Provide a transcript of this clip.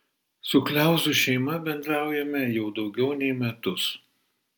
su kliauzų šeima bendraujame jau daugiau nei metus